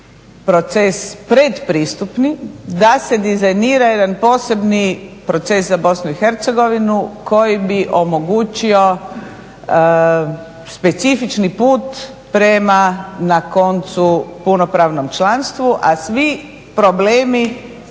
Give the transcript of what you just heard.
proces predpristupni, da se dizajnira jedan posebni proces za BIH koji bi omogućio specifični put prema na koncu punopravnom članstvu a svi problemi